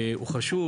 הוא חשוב